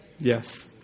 Yes